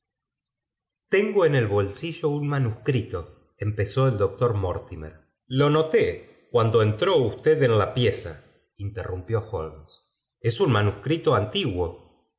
tengo en el bolsillo un manuscrito empezó ej doctor mortimer lo noté cuando entró usted en la pieza interrumpió holmes ee un manuscrito antiguo